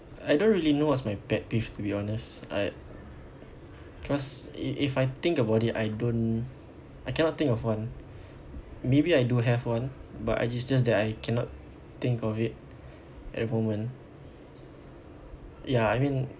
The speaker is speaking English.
I don't really know what's my pet peeve to be honest I cause if if I think about it I don't I cannot think of one maybe I do have one but I it's just that I cannot think of it at the moment ya I mean